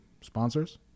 Sponsors